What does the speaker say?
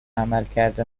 عملکرد